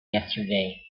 yesterday